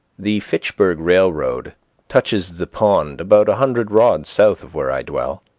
the fitchburg railroad touches the pond about a hundred rods south of where i dwell.